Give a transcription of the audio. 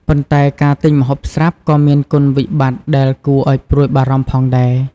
ប៉ុន្តែ ការទិញម្ហូបស្រាប់ក៏មាន គុណវិបត្តិ ដែលគួរឱ្យព្រួយបារម្ភផងដែរ។